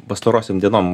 pastarosiom dienom